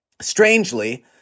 strangely